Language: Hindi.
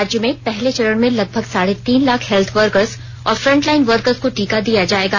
राज्य में पहले चरण में लगभग साढ़े तीन लाख हेल्थ वर्कर्स और फ्रंटलाईन वर्कर्स को टीका दिया जाएगा